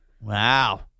Wow